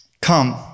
Come